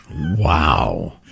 Wow